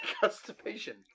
Constipation